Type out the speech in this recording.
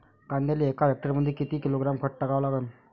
कांद्याले एका हेक्टरमंदी किती किलोग्रॅम खत टाकावं लागन?